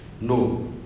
No